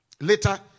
Later